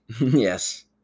Yes